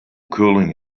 cooling